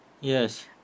Yes